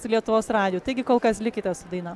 su lietuvos radiju taigi kol kas likite su daina